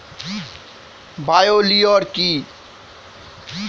Bio লিওর কি?